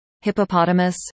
Hippopotamus